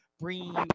Bring